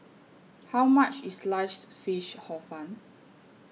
How much IS Sliced Fish Hor Fun